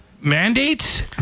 mandates